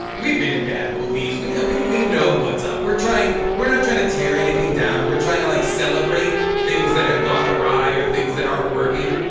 we've been in bad movies, we and yeah we we know what's up. we're trying we're not trying to tear anything down. we're trying to, like, celebrate things that have gone awry or things that aren't working.